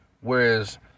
whereas